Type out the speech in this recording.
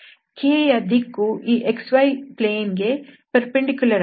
k ಯ ದಿಕ್ಕು ಈ xy ಸಮತಲ ಕ್ಕೆ ಲಂಬ ವಾಗಿದೆ